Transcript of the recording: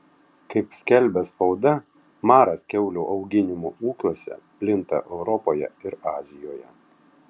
kaip skelbia spauda maras kiaulių auginimo ūkiuose plinta europoje ir azijoje